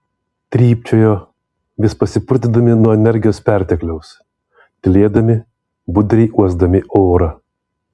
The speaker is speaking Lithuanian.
trypčiojo vis pasipurtydami nuo energijos pertekliaus tylėdami budriai uosdami orą